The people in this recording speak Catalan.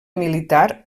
militar